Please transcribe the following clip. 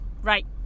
Right